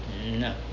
No